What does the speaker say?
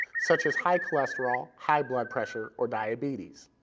such as high cholesterol, high blood pressure or diabetes.